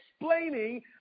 explaining